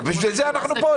בשביל זה אנחנו פה.